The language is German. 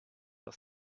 aus